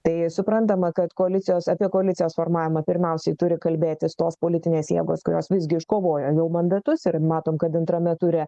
tai suprantama kad koalicijos apie koalicijos formavimą pirmiausiai turi kalbėtis tos politinės jėgos kurios visgi iškovojo jau mandatus ir matom kad antrame ture